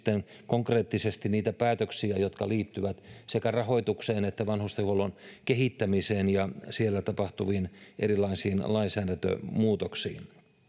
konkreettisesti niitä päätöksiä jotka liittyvät sekä rahoitukseen että vanhustenhuollon kehittämiseen ja siellä tapahtuviin erilaisiin lainsäädäntömuutoksiin